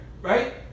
right